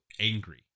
angry